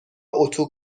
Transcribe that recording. اتو